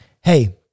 hey